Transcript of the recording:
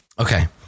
Okay